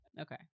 okay